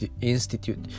institute